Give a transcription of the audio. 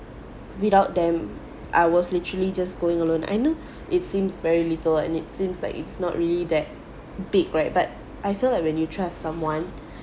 without them I was literally just going alone I know it seems very little and it seems like it's not really that big right but I feel like when you trust someone